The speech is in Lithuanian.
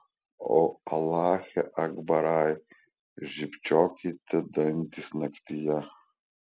o alache akbarai žybčiokite dantys naktyje